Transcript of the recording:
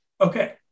Okay